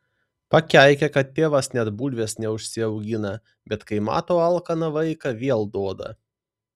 pakeikia kad tėvas net bulvės neužsiaugina bet kai mato alkaną vaiką vėl duoda